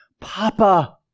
Papa